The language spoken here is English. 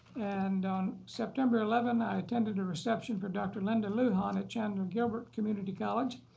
and on september eleven, i attended a reception for dr. linda lujan at chandler-gilbert community college.